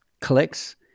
clicks